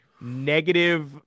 negative